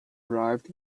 arrived